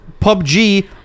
PUBG